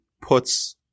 puts